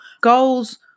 goals